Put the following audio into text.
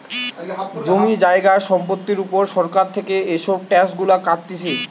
জমি জায়গা সম্পত্তির উপর সরকার থেকে এসব ট্যাক্স গুলা কাটতিছে